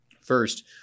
First